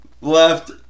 Left